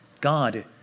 God